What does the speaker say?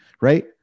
right